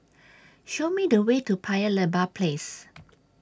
Show Me The Way to Paya Lebar Place